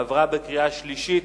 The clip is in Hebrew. עברה בקריאה שלישית